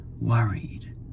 worried